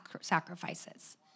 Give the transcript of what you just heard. sacrifices